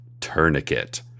Tourniquet